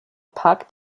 parkt